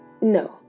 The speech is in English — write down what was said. No